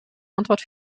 antwort